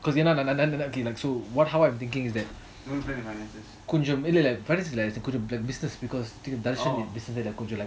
'cause நான் நான் நான்:naan naan naan like so what how I'm thinking is that கொஞ்சம் இல்ல இல்ல:konjam illa illa business because Dharshan கொஞ்சம்:dharshan konjam business